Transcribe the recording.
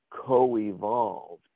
co-evolved